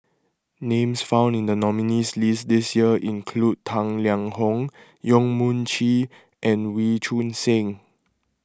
names found in the nominees' list this year include Tang Liang Hong Yong Mun Chee and Wee Choon Seng